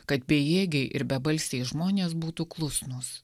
kad bejėgiai ir bebalsiai žmonės būtų klusnūs